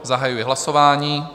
Zahajuji hlasování.